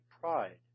pride